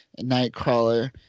Nightcrawler